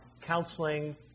counseling